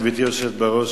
גברתי היושבת בראש,